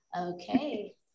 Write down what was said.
Okay